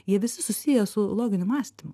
jie visi susiję su loginiu mąstymu